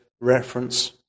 Reference